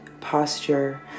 posture